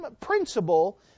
principle